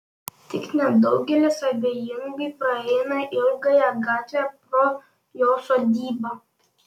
tik nedaugelis abejingai praeina ilgąja gatve pro jo sodybą